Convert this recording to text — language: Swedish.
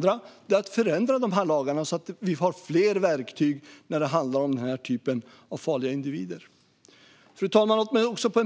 Det andra är att förändra lagarna så att vi har fler verktyg när det handlar om den här typen av farliga individer. Fru talman! Låt mig också på